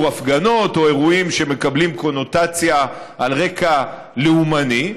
הפגנות או אירועים שמקבלים קונוטציה על רקע לאומני.